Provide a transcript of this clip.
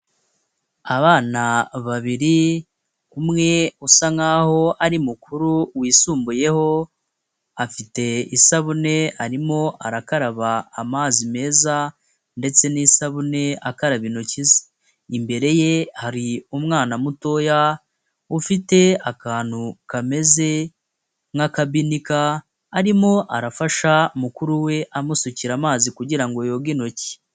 Abana babiri umwe usa nkaho ari mukuru wisumbuyeho afite isabune arimo arakaraba amazi meza ndetse n'isabune akaraba intoki ze imbere ye hari umwana mutoya ufite akantu kameze nk'akabinika arimo arafasha mukuru we amusukira amazi kugira ngo yoge intoki.